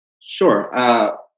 Sure